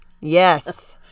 yes